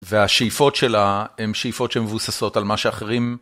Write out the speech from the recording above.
והשאיפות שלה הן שאיפות שמבוססות על מה שאחרים...